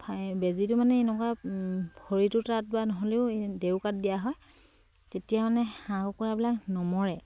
বেজীটো মানে এনেকুৱা ভৰিটো তাত বা নহ'লেও ডেউকাত দিয়া হয় তেতিয়া মানে হাঁহ কুকুৰাবিলাক নমৰে